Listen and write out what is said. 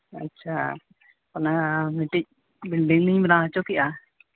ᱟᱪᱪᱷᱟ ᱚᱱᱟ ᱢᱤᱫᱴᱤᱡ ᱵᱮᱞᱰᱤᱝ ᱞᱤᱧ ᱵᱮᱱᱟᱣ ᱦᱚᱪᱚ ᱠᱮᱜᱼᱟ